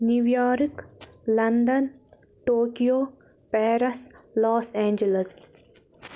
New York London Tokyo Paris Los Angeles